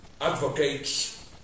advocates